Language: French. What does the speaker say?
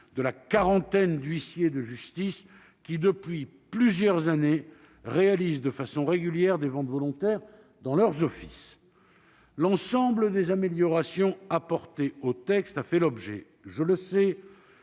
de la quarantaine d'huissiers de justice qui, depuis plusieurs années, réalisent de façon régulière des ventes volontaires dans leur office. L'ensemble des améliorations apportées au texte a fait l'objet- je le sais